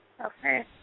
Okay